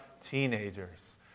teenagers